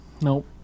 Nope